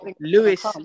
Lewis